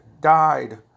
died